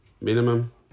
minimum